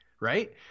right